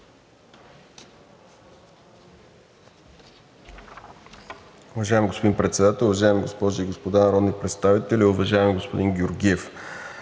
Уважаеми господин Председател, уважаеми госпожи и господа народни представители, уважаеми господин Георгиев!